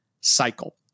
cycle